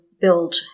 build